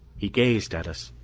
he gazed at us,